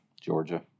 Georgia